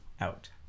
out